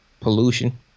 Pollution